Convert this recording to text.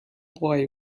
boy